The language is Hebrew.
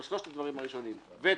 אבל שלושת הדברים הראשונים ותק,